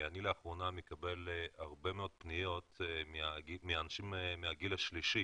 אני לאחרונה מקבל הרבה מאוד פניות מאנשים מהגיל השלישי